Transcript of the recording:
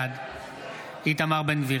בעד איתמר בן גביר,